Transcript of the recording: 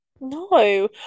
No